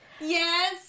Yes